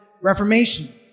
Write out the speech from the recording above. Reformation